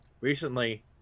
Recently